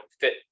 fit